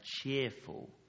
cheerful